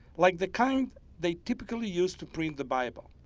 like the kind they typically use to print the bible.